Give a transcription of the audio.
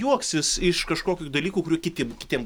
juoksis iš kažkokių dalykų kurių kiti kitiem